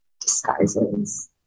disguises